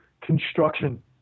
construction